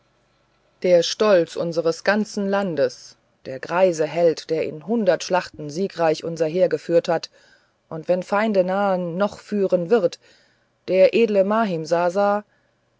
der stolz unseres ganzen landes der greise held der in hundert schlachten siegreich unser heer geführt hat und wenn feinde nahen noch führen wird der edle